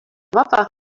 vaba